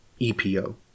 EPO